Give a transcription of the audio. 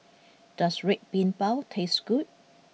does Red Bean Bao taste good